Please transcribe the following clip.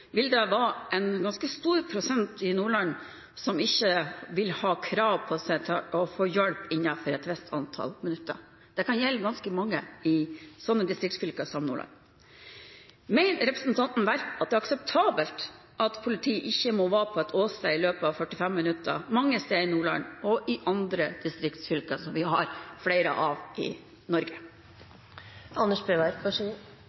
vil det være en ganske stor prosentandel i Nordland som ikke vil ha rett til å få hjelp innen et visst antall minutter. Det kan gjelde ganske mange i distriktsfylker som Nordland. Mener representanten Werp at det er akseptabelt at politiet ikke må være på et åsted i løpet av 45 minutter mange steder i Nordland og i andre distriktsfylker, som vi har flere av i